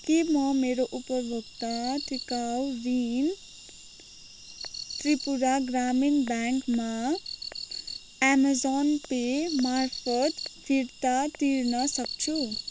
के म मेरो उपभोक्ता टिकाउ ऋण त्रिपुरा ग्रामीण ब्याङ्कमा अमेजन पे मार्फत फिर्ता तिर्न सक्छु